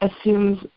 assumes